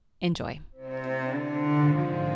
Enjoy